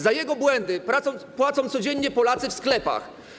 Za jego błędy płacą codziennie Polacy w sklepach.